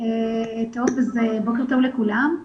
בוקר טוב לכולם.